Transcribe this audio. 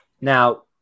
Now